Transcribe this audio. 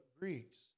Greeks